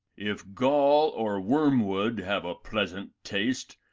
if gall or wormwood have a pleasant taste,